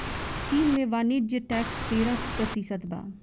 चीन में वाणिज्य टैक्स तेरह प्रतिशत बा